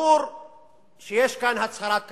ברור שיש כאן הצהרת כוונות.